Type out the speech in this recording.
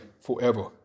forever